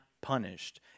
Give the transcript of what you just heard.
punished